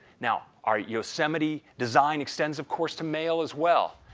now, our yosemite designed extensive course to mail as well.